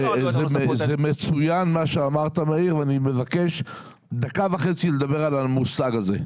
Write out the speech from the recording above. זה מצוין מה שאמרת מאיר ואני מבקש דקה וחצי לדבר על המושג הזה.